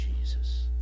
Jesus